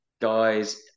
guys